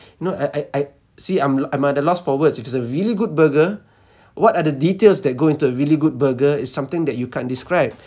you know I I I see I'm l~ I'm at a loss for words if it's a really good burger what are the details that go into a really good burger is something that you can't describe